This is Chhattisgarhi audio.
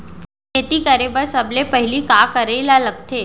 खेती करे बर सबले पहिली का करे ला लगथे?